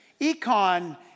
econ